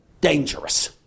dangerous